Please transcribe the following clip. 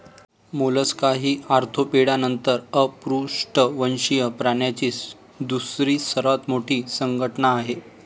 Mollusca ही Arthropoda नंतर अपृष्ठवंशीय प्राण्यांची दुसरी सर्वात मोठी संघटना आहे